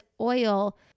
oil